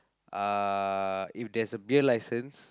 uh if there's a beer license